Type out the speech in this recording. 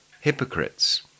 hypocrites